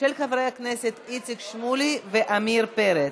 של חברי הכנסת איציק שמולי ועמיר פרץ.